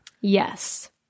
Yes